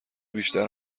بیشتر